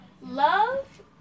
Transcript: love